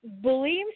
believes